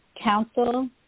council